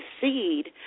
seed